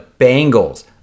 Bengals